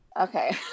okay